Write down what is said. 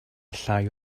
llai